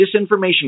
disinformation